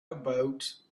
about